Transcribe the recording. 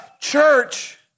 church